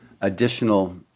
additional